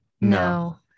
No